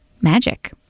magic